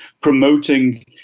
promoting